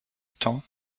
temps